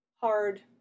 hard